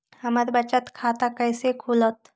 हमर बचत खाता कैसे खुलत?